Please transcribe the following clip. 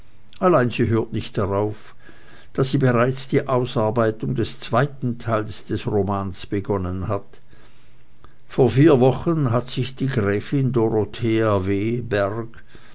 allein sie hört nicht darauf da sie bereits die ausarbeitung des zweiten teiles des romanes begonnen hat vor vier wochen hat sich gräfin dorothea w berg